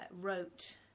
wrote